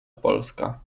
polska